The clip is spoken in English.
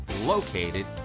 located